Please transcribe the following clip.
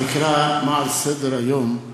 תקרא מה על סדר-היום,